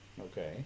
Okay